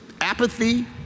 apathy